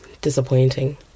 disappointing